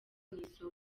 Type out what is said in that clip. isoko